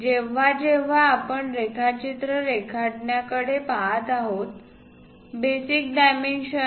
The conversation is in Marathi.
जेव्हा जेव्हा आपण रेखाचित्र रेखाटण्याकडे पहात आहोत बेसिक डायमेन्शन